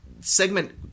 segment